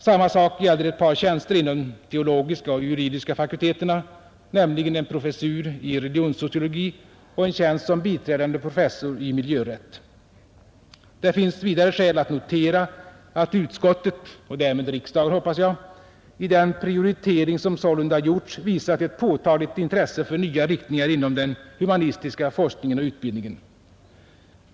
Samma sak gäller ett par tjänster inom teologiska och juridiska fakulteterna, nämligen en professur i religions sociologi och en tjänst som biträdande professor i miljörätt. Det finns vidare skäl att notera att utskottet — och därmed riksdagen, hoppas jag — i den prioritering som sålunda gjorts visat ett påtagligt intresse för nya riktningar inom den humanistiska forskningen och utbildningen.